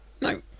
No